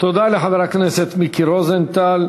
תודה לחבר הכנסת מיקי רוזנטל.